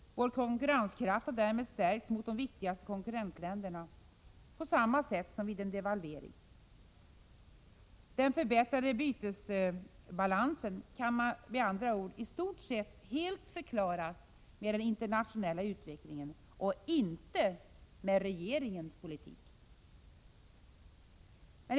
Vår konkurrenskraft har därmed stärkts mot de viktigaste konkurrentländerna, på samma sätt som vid en devalvering. Den förbättrade bytesbalansen kan med andra ord i stort sett helt förklaras med den internationella utvecklingen, och inte med regeringens politik.